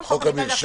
סליחה, חוק המרשם.